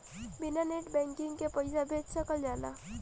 बिना net banking के पईसा भेज सकल जाला?